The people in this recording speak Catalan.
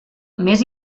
més